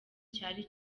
cyari